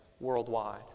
worldwide